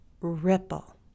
ripple